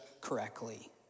correctly